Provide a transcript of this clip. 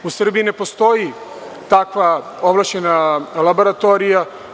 U Srbiji ne postoji takva ovlašćena laboratorija.